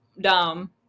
dumb